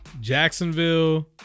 Jacksonville